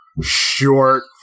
short